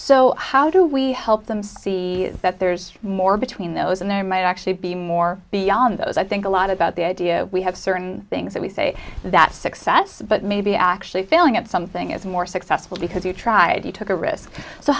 so how do we help them see that there's more between those and there might actually be more beyond those i think a lot about the idea we have certain things that we say that success but maybe actually failing at something is more successful because he tried he took a risk so